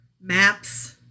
Maps